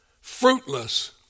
Fruitless